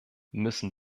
müssen